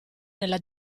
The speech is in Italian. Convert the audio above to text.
nella